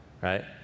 right